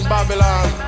Babylon